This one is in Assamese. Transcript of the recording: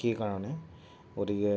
সেইকাৰণে গতিকে